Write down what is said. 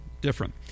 different